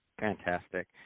Fantastic